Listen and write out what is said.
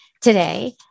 today